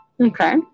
Okay